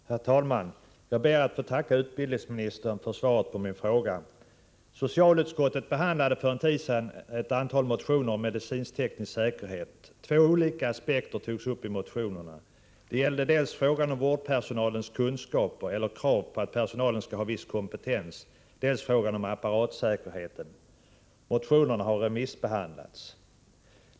Herr talman! Jag ber att få tacka utbildningsministern för svaret på min fråga. Socialutskottet behandlade för en tid sedan ett antal motioner om medicinteknisk säkerhet. Två olika aspekter togs upp i motionerna. Det gällde dels frågan om vårdpersonalens kunskaper eller krav på att personalen skall ha viss kompetens, dels frågan om apparatsäkerheten. Motionerna har remissbehandlats.